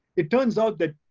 it turns out that